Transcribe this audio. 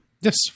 Yes